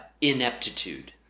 ineptitude